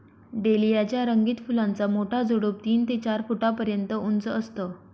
dahlia च्या रंगीत फुलांचा मोठा झुडूप तीन ते चार फुटापर्यंत उंच असतं